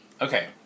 Okay